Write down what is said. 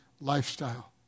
Lifestyle